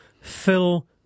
Phil